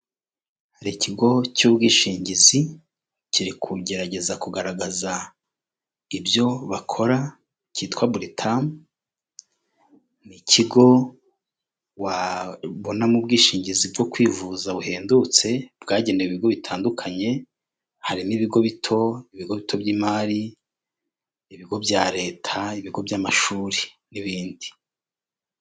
Hari ikigo cy'ubwishingizi, kiri kugerageza kugaragaza ibyo bakora cyitwa Buritamu, ni ikigo wabonamo ubwishingizi bwo kwivuza buhendutse, bwagenewe ibigo bitandukanye, hari n'ibigo bito, ibigo bito by'imari, ibigo bya leta, ibigo by'amashuri, n'ibindi.